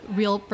real